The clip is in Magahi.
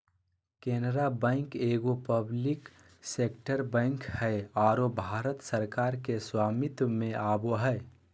केनरा बैंक एगो पब्लिक सेक्टर बैंक हइ आरो भारत सरकार के स्वामित्व में आवो हइ